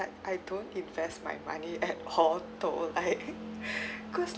but I don't invest my money at all though like because